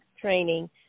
training